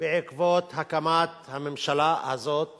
בעקבות הקמת הממשלה הזאת